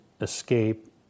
escape